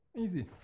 Easy